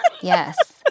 Yes